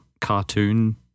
cartoon